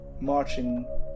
marching